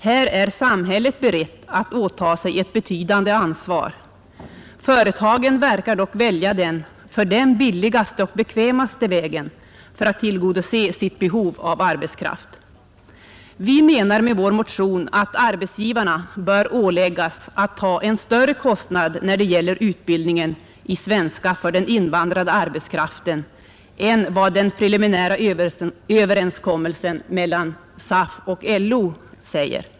Här är samhället berett att åtaga sig ett betydande ansvar. Företagen verkar dock välja den för dem billigaste och bekvämaste vägen för att tillgodose sitt behov av arbetskraft. Motionärerna menar att arbetsgivaren bör åläggas att ta en större kostnad när det gäller utbildningen i svenska för den invandrade arbetskraften än vad den preliminära överenskommelsen mellan LO och SAF säger.